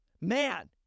Man